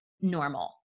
normal